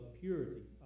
purity